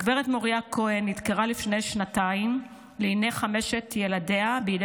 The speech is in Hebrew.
גב' מוריה כהן נדקרה לפני שנתיים לעיני חמשת ילדיה על ידי